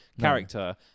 character